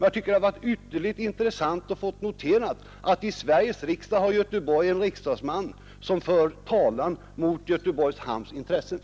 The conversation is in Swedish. Jag tycker det har varit ytterligt intressant att få notera att det finns en riksdagsman från Göteborg som talar mot Göteborgs hamns intressen.